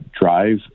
drive